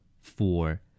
Four